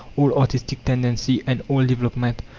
all artistic tendency, and all development.